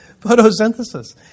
Photosynthesis